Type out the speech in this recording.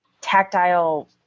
Tactile